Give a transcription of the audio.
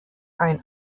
ein